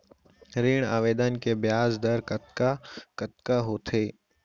ऋण आवेदन के ब्याज दर कतका कतका होथे?